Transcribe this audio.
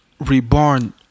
Reborn